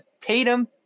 Tatum